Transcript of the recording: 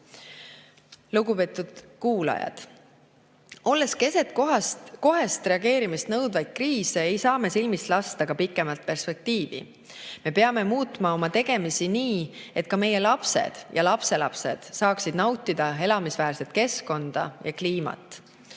kuulajad! Olles keset kohest reageerimist nõudvaid kriise, ei saa me silmist lasta ka pikemat perspektiivi. Me peame muutma oma tegemisi nii, et ka meie lapsed ja lapselapsed saaksid nautida elamisväärset keskkonda ja kliimat.